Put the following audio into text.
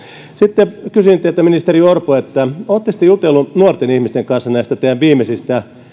sitten kysyn teiltä ministeri orpo oletteko te jutellut nuorten ihmisten kanssa näistä teidän viimeisistä